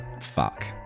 fuck